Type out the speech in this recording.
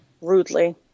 rudely